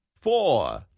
Four